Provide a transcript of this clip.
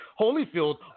Holyfield